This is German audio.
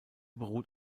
beruht